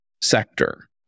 sector